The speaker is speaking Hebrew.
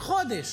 של חודש,